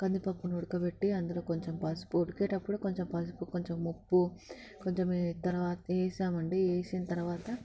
కందిపప్పును ఉడకపెట్టి అందులో కొంచెం పసుపు ఉడికేటప్పుడే కొంచెం పసుపు కొంచెం ఉప్పు కొంచెం ఏ తర్వాత వేస్తామండి వేసిన తర్వాత